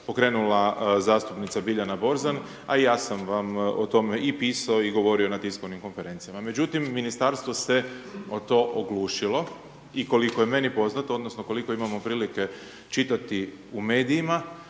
pokrenula zastupnica Biljana Borzan, a i ja sam vam o tome i pisao i govorio na tiskovnim konferencijama. Međutim, ministarstvo se o to oglušilo i koliko je meni poznato odnosno koliko imamo prilike čitati u medijima,